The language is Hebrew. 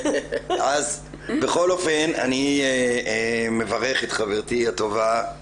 אז בכל אופן אני מברך את חברתי הטובה עאידה,